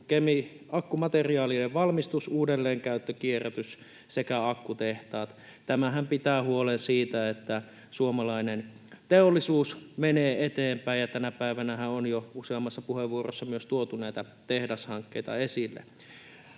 akkumateriaalien valmistus, uudelleenkäyttö, kierrätys sekä akkutehtaat. Tämähän pitää huolen siitä, että suomalainen teollisuus menee eteenpäin. Tänä päivänähän on jo useammassa puheenvuorossa myös tuotu näitä tehdashankkeita esille.